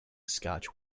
scotch